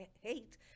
hate